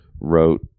wrote